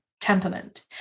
Temperament